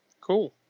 Cool